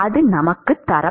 அது நமக்குத் தரப்படுகிறது